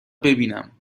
ببینم